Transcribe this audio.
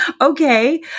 Okay